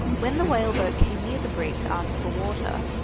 when the whaleboat came near the brig to ask for water,